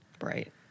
Right